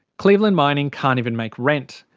cleveland mining can't even make rent,